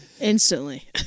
Instantly